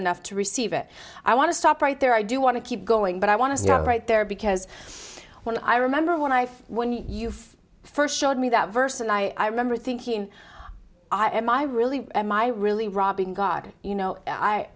enough to receive it i want to stop right there i do want to keep going but i want to start right there because when i remember when i when you st showed me that verse and i remember thinking i am i really am i really robbing god you know